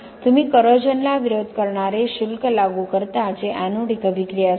तुम्ही करोजनला विरोध करणारे शुल्क लागू करता जे एनोडिक अभिक्रिया असते